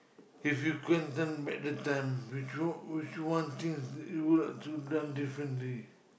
if you can turn back the time which one which one things you would have to done differently